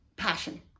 passion